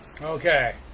Okay